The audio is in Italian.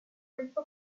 renzo